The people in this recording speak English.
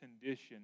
condition